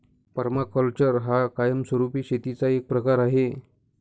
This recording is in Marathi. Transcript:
पर्माकल्चर हा कायमस्वरूपी शेतीचा एक प्रकार आहे